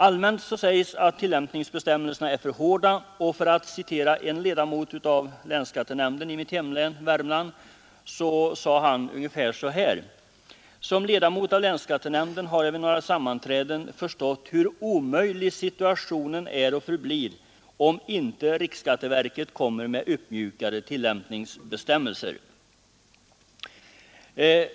Allmänt sägs att tillämpningsbestämmelserna är för hårda, och en ledamot av länsskattenämnden i mitt hemlän sade ungefär så här: Som ledamot av länsskattenämnden har jag vid några sammanträden förstått hur omöjlig situationen är och förblir om inte riksskatteverket kommer med uppmjukade tillämpningsbestämmelser.